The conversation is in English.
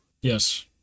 Yes